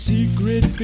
Secret